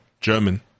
German